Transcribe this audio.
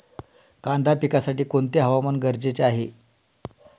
कांदा पिकासाठी कोणते हवामान गरजेचे आहे?